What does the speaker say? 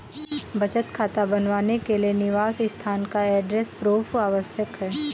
बचत खाता बनवाने के लिए निवास स्थान का एड्रेस प्रूफ आवश्यक है